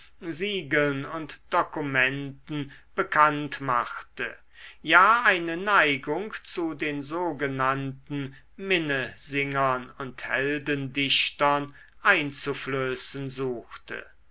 siegeln und dokumenten bekannt machte ja eine neigung zu den sogenannten minnesingern und heldendichtern einzuflößen suchte